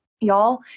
y'all